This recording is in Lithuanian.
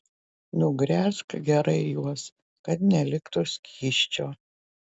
nugręžk gerai juos kad neliktų skysčio